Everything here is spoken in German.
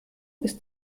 ist